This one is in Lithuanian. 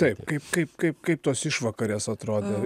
taip kaip kaip kaip kaip tos išvakarės atrodo